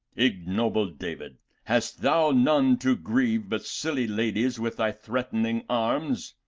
ignoble david! hast thou none to grieve but silly ladies with thy threatening arms?